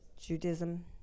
Judaism